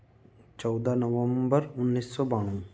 चौदह नवम्बर उन्नीस सौ बानवे